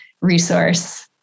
resource